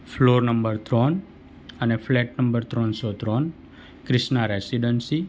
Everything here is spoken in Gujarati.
ફ્લોર નંબર ત્રણ અને ફ્લેટ નંબર ત્રણસો ત્રણ ક્રિષ્ના રેસિડન્સી